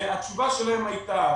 התשובה שלהם הייתה,